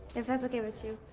if that's okay with you.